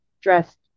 dressed